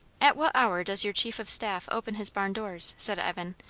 at what hour does your chief of staff open his barn doors? said evan,